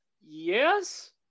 yes